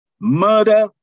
murder